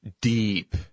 deep